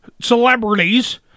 Celebrities